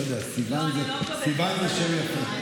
לא יודע, סיוון זה שם יפה.